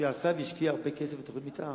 שעשה והשקיע הרבה כסף בתוכניות מיתאר,